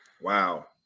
Wow